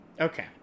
Okay